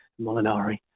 Molinari